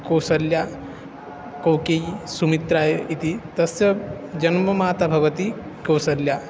कोसल्या कैकेयी सुमित्रा इति तस्य जन्ममाता भवति कौसल्या